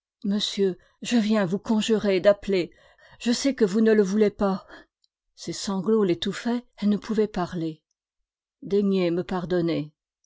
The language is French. monsieur je viens vous conjurer d'appeler je sais que vous ne le voulez pas ses sanglots l'étouffaient elle ne pouvait parler daignez me pardonner